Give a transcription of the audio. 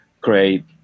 create